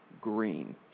green